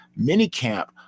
minicamp